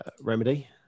Remedy